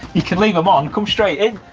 you can leave them on come straight in.